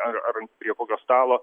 ar ar prie kokio stalo